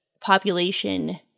population